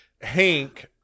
Hank